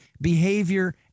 behavior